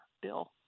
Bill